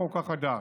בחוק החדש.